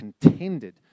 contended